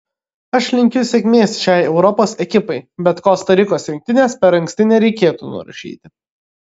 aš linkiu sėkmės šiai europos ekipai bet kosta rikos rinktinės per anksti nereikėtų nurašyti